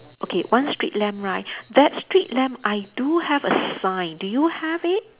okay one street lamp right that street lamp I do have a sign do you have it